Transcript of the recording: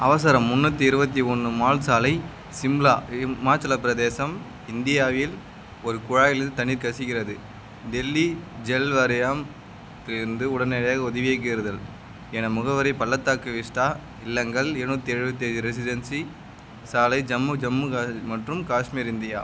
அவசரம் முன்னூற்றி இருபத்தி ஒன்று மால் சாலை சிம்லா இமாச்சலப் பிரதேசம் இந்தியாவில் ஒரு குழாயிலிருந்து தண்ணீர் கசிகிறது டெல்லி ஜல் வாரியம் திலிருந்து உடனடியாக உதவியைக் கோருதல் என முகவரி பள்ளத்தாக்கு விஸ்டா இல்லங்கள் எழுநூற்றி எழுபத்தி ஏழு ரெசிடென்சி சாலை ஜம்மு ஜம்மு க மற்றும் காஷ்மீர் இந்தியா